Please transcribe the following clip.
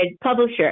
publisher